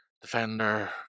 defender